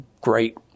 great